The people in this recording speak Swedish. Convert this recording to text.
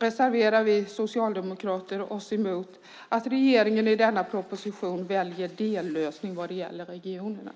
reserverar vi socialdemokrater oss emot att regeringen i denna proposition väljer en dellösning vad gäller regionerna.